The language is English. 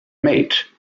mate